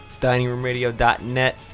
diningroomradio.net